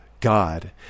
God